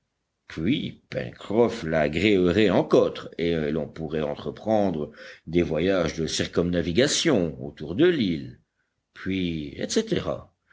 puis pencroff la gréerait en cotre et l'on pourrait entreprendre des voyages de circumnavigation autour de l'île puis etc